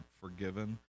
forgiven